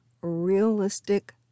Realistic